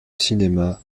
cinéma